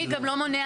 גם לא מונע